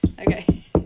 Okay